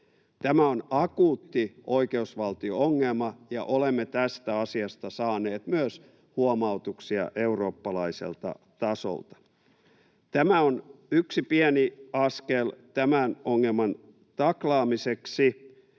Tämä on akuutti oikeusvaltio-ongelma, ja olemme tästä asiasta saaneet myös huomautuksia eurooppalaiselta tasolta. Tämä on yksi pieni askel tämän ongelman taklaamiseksi.